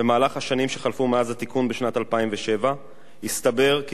במהלך השנים שחלפו מאז התיקון בשנת 2007 הסתבר כי